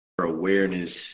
awareness